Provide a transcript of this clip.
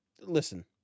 Listen